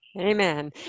Amen